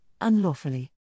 unlawfully